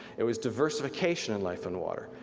it was diversification in life in water,